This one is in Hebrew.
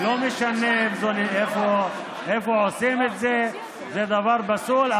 לא משנה איפה עושים את זה, זה דבר פסול.